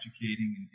educating